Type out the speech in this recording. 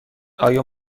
آیا